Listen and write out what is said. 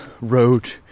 road